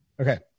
Okay